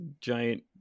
giant